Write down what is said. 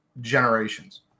generations